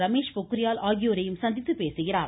ரமேஷ்பொக்ரியால் ஆகியோரையும் சந்தித்து பேசுகிறார்